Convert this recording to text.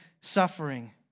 suffering